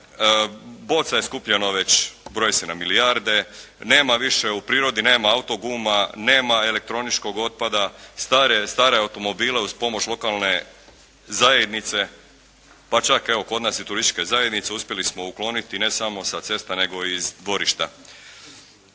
boca je skupljeno već broji se na milijarde. Nema više, u prirodi nema autoguma, nema elektroničkog otpada, stare automobile uz pomoć lokalne zajednice, pa čak evo kod nas i turističke zajednice uspjeli smo ukloniti ne samo sa cesta, nego i iz dvorišta.